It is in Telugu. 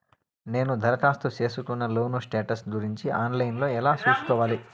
నేను దరఖాస్తు సేసుకున్న లోను స్టేటస్ గురించి ఆన్ లైను లో ఎలా సూసుకోవాలి?